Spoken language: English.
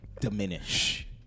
diminish